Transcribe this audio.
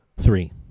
Three